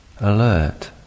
alert